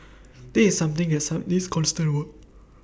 this is something that needs constant work